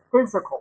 physical